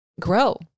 grow